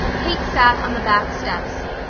kate sat on the back steps,